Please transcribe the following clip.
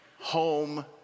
home